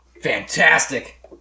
Fantastic